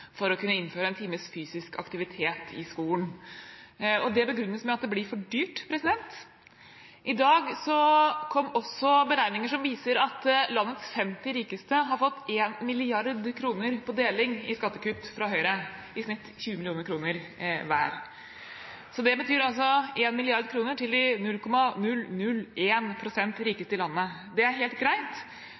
for å kunne innføre en times fysisk aktivitet i skolen. Det begrunnes med at det blir for dyrt. I dag kom også beregninger som viser at landets 50 rikeste har fått én milliard kroner på deling i skattekutt fra Høyre, i snitt 20 mill. kr hver. Det betyr altså 1 mrd. kr til de 0,001 pst. rikeste i landet. Det er helt greit,